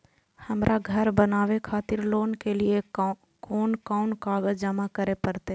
हमरा घर बनावे खातिर लोन के लिए कोन कौन कागज जमा करे परते?